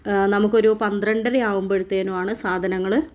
നമുക്കൊരു പന്ത്രണ്ടര ആകുമ്പോഴത്തേനുവാണ് സാധനങ്ങൾ